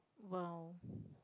!wow!